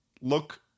look